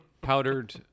Powdered